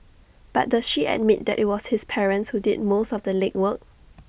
but does she admit that IT was his parents who did most of the legwork